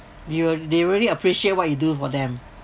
they're they really appreciate what you do for them